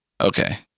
Okay